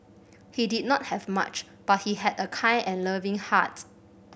he did not have much but he had a kind and loving hearts